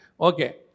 Okay